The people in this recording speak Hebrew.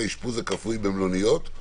"האשפוז הכפוי במלוניות".